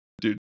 Dude